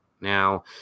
Now